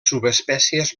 subespècies